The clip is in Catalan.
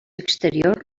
exterior